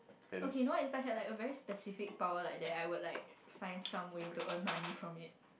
okay you know what if I had like a very specific power like that I would like find some way to earn money from it